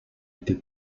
été